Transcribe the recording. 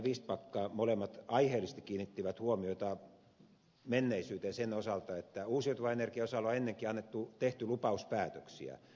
vistbacka molemmat aiheellisesti kiinnittivät huomiota menneisyyteen sen osalta että uusiutuvan energian osalla on ennenkin tehty lupauspäätöksiä